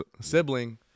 sibling